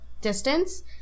distance